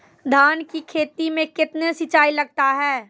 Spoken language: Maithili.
धान की खेती मे कितने सिंचाई लगता है?